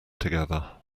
together